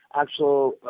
actual